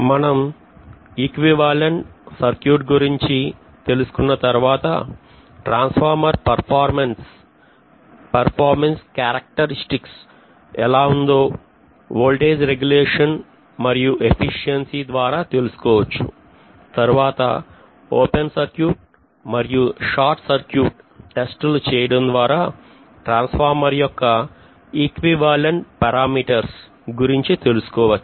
మనం సరిసమానమైన సర్క్యూట్ గురించి తెలుసుకున్న తర్వాత ట్రాన్స్ఫార్మర్ పర్ఫార్మెన్స్ క్యారక్టరిస్టిక్స్ ఎలా ఉందో వోల్టేజ్ రెగ్యులేషన్ మరియు ఎఫిషియన్సీ ద్వారా తెలుసుకోవచ్చు తర్వాత ఓపెన్ సర్క్యూట్ మరియు షార్ట్ సర్క్యూట్ టెస్టులు చేయడం ద్వారా ట్రాన్స్ఫార్మర్ యొక్క సరిసమానమైన పారా మీటర్లను గురించి తెలుసుకోవచ్చు